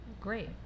great